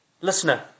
Listener